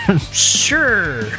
sure